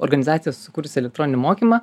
organizacija sukūrus elektroninį mokymą